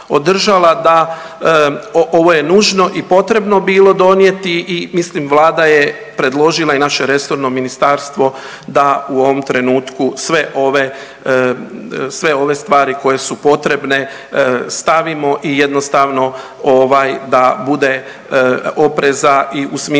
da ovo je nužno i potrebno bilo donijeti i mislim Vlada je predložila i naše resorno ministarstvo da u ovom trenutku sve ove, sve ove stvari koje su potrebne stavimo i jednostavno ovaj da bude opreza i u smislu